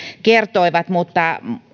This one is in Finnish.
kertoivat mutta